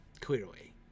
clearly